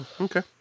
Okay